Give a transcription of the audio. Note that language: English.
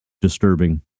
disturbing